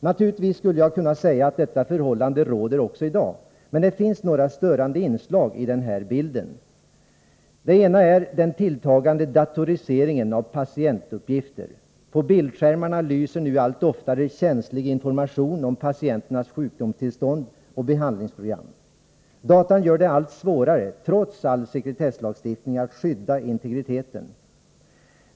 Naturligtvis skulle jag kunna säga att detta förhållande råder också i dag. Men det finns några störande inslag i den här bilden. Det ena är den tilltagande datoriseringen av patientuppgifter. På bildskär marna lyser nu allt oftare känslig information om patienternas sjukdomstillstånd och behandlingsprogram. Datorerna gör det allt svårare, trots all sekretesslagstiftning, att skydda integriteten.